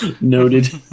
noted